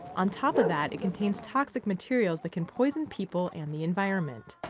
on top of that, it contains toxic materials that can poison people and the environment.